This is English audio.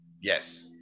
yes